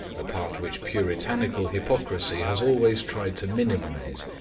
a part which puritanical hypocrisy has always tried to minimize,